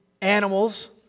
animals